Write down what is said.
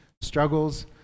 struggles